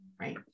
right